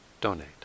donate